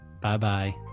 Bye-bye